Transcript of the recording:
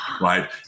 right